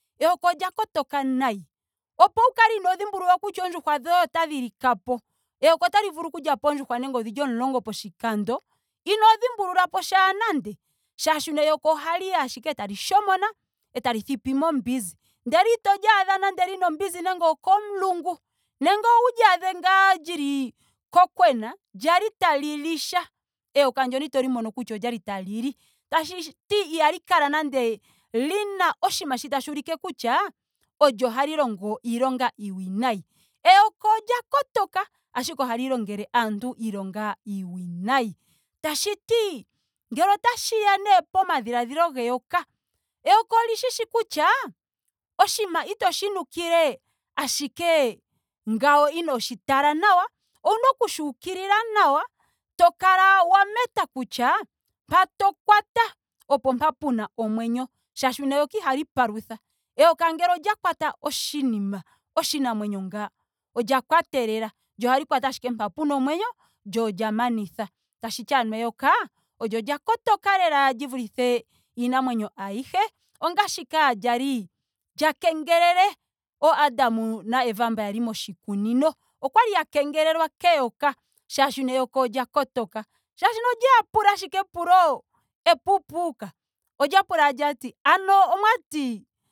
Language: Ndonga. Eyoka olya kotoka nayi. Opo wu kale inoo dhimbululakutya oondjuhwa dhoye otadhi likapo. eyoka otali vulu okulyapo oondjuhwa nenge odhili omulongo poshikando inoo dhimbululapo posha nando molwaashoka eyoka ohali yi ashike etali shomona etali thipimo ombinzi. ndele itoli adha nando lina ombinzi nenge okomulungu. nenge ouli adhe kokwena. kwali tali li sha. eyoka ndyoka itoli mono ngele okwali tali li tashiti ihali kala nande lina oshinima shi tashuulike kutya olyo hali longo iilonga iiwinayi. Eyoka olya kotoka ashike ohali longele aantuiilonga iiwinayi. Tashiti ngele otashiya nee pomadhiladhilo geyoka. eyoka oli shishi kutya oshinima itoshi nukile ashike ngawo inooshi tala nawa. ouna okushi ukilila nawa to kala wa meta kutya mpa to kwata opo mpa puna omwenyo. Molwaashoka eyoka ihali palutha. Eyoka ngele olya kwata oshinima. oshinamwenyo nga. olya kwatela. Lyo ohali kwata ashike mpa puna omwenyo lyo olya manitha. Tashiti ano eyoka olyo lya kotoka lela li vulithe iinamwenyo ayihe. ongaashi kaalyali lya kengelele oo adam na eva mba yali moshikunino. Okwali ya kengelelwa keyoka shaashino eyoka olya kotoka. Molwaashoka olyeya pula ashike epulo epuupuka. Olya pula lyati lyati ano omwaati